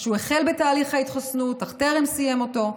או שהוא החל בתהליך ההתחסנות אך טרם סיים אותו,